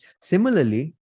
Similarly